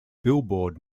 billboard